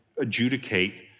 adjudicate